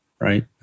right